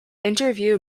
interview